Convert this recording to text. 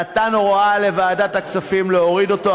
נתן הוראה לוועדת הכספים להוריד אותו.